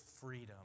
freedom